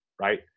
right